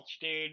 dude